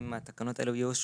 אם התקנות האלה יאושרו,